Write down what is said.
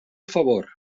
favor